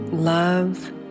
Love